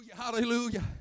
hallelujah